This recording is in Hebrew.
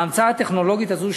ההמצאה הטכנולוגית הזאת,